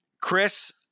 Chris